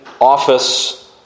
office